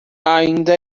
ainda